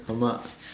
ஆமா:aamaa